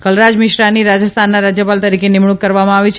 કલરાજ મિશ્રાની રાજસ્થાનના રાજ્યપાલ તરીકે નિમણુંક કરવામાં આવી છે